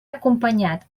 acompanyat